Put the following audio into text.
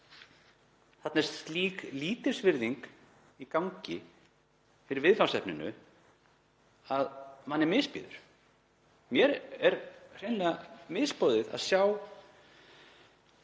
Þarna er slík lítilsvirðing í gangi fyrir viðfangsefninu að manni misbýður. Mér er hreinlega misboðið að